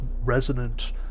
resonant